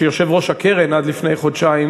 שיושב-ראש הקרן עד לפני חודשיים